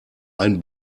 ein